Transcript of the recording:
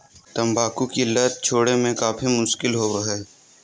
तंबाकू की लत छोड़े में काफी मुश्किल होबो हइ